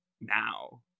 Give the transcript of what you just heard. now